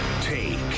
take